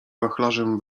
wachlarzem